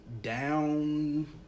down